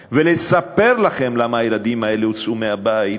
ולספר לכם למה הילדים האלה הוצאו מהבית,